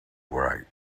wright